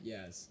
Yes